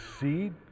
seed